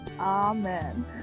Amen